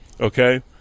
okay